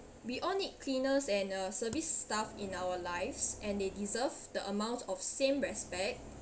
we all need cleaners and uh service staff in our lives and they deserve the amount of same respect